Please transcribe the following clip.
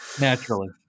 Naturally